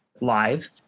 live